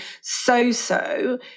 so-so